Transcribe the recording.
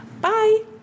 Bye